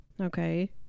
Okay